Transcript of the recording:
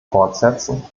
fortsetzen